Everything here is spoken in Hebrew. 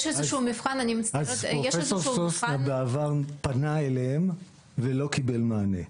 יש איזשהו מבחן --- אז פרופ' סוסנה פנה אליהם בעבר ולא קיבל מענה.